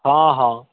ହଁ ହଁ